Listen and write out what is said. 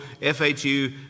FHU